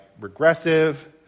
regressive